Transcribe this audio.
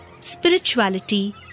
spirituality